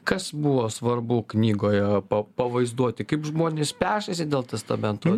kas buvo svarbu knygoje pavaizduoti kaip žmonės pešasi dėl testamento